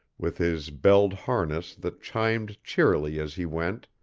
with his belled harness that chimed cheerily as he went,